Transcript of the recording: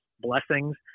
blessings